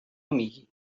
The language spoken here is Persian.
میگی